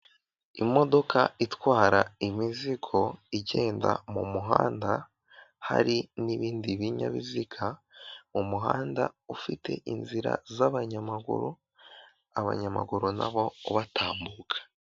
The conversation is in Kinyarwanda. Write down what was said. Imodoka itwara imizigo igenda mu muhanda, hari n'ibindi binyabiziga, mu muhanda ufite inzira z'abanyamaguru, abanyamaguru nabo ubatambuka.